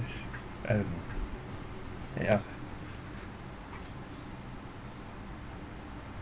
guess um ya